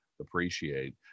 appreciate